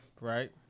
Right